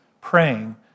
praying